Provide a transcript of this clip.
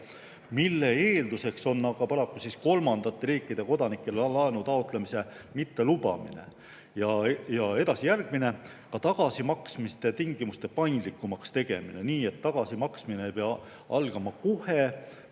mille eelduseks on paraku kolmandate riikide kodanikele laenu taotlemise mittelubamine. Edasi, järgmine: laenu tagasimaksmise tingimuste paindlikumaks tegemine nii, et tagasimaksmine ei pea algama kohe